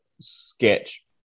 sketch